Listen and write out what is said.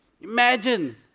Imagine